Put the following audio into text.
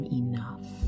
enough